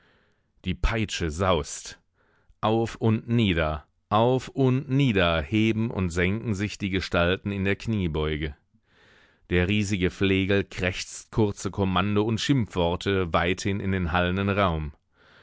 die peitsche saust auf und nieder auf und nieder heben und senken sich die gestalten in der kniebeuge der riesige flegel krächzt kurze kommando und schimpfworte weithin in den hallenden raum